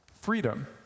freedom